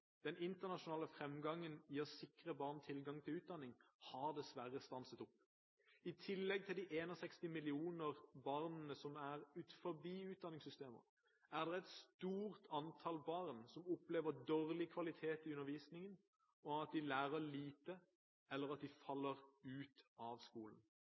Den internasjonale fremgangen for å sikre barn tilgang til utdanning har dessverre stanset opp. I tillegg til de 61 millioner barna som er utenfor utdanningssystemet, er det et stort antall barn som opplever dårlig kvalitet i undervisningen og at de lærer lite, eller at de faller ut av skolen.